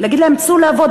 להגיד להם: צאו לעבוד,